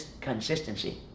consistency